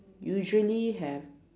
usually have